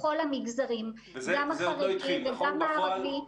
בכל המגזרים, גם החרדי וגם הערבי.